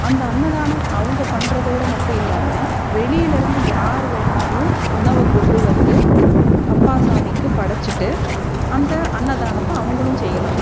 அந்த அன்னதானம் அவங்க பண்ணுறதோட மட்டும் இல்லாமல் வெளியில் இருந்து யார் வேணாலும் உணவை கொண்டு வந்து அப்பா சுவாமிக்கு படைச்சிட்டு அந்த அன்னதானத்தை அவங்களும் செய்யலாம்